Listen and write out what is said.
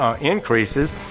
increases